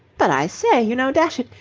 but, i say, you know, dash it,